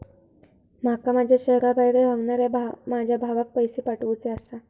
माका माझ्या शहराबाहेर रव्हनाऱ्या माझ्या भावाक पैसे पाठवुचे आसा